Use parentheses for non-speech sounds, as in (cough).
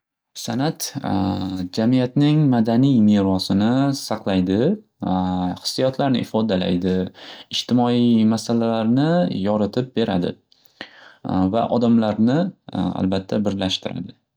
San'at (hesitation) jamiyatning madaniy merosini saqlaydi, (hesitation) hissiyotlarni ifodalaydi, ijtimoiy masalalarni yoritib beradi (hesitation) va odamlarni albatta birlashtiradi.